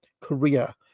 Korea